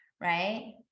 right